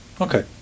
Okay